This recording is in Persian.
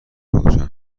خودشان